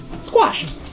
squash